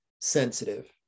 sensitive